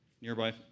nearby